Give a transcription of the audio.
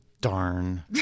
Darn